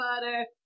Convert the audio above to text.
butter